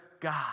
God